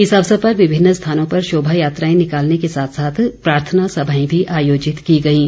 इस अवसर पर विभिन्न स्थानों पर शोभा यात्राएं निकालने के साथ साथ प्रार्थना सभाएं भी आयोजित की गईं